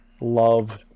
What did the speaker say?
love